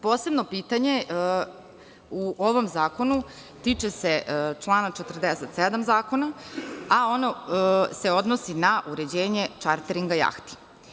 Posebno pitanje u ovom zakonu tiče se člana 47. zakona, a ono se odnosi na uređenje čarteringa jahti.